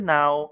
now